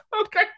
Okay